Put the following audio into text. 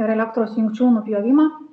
ir elektros jungčių nupjovimą